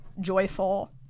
joyful